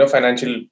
Financial